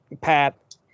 Pat